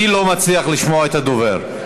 אני לא מצליח לשמוע את הדובר.